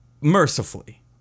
mercifully